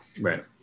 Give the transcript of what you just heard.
right